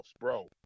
bro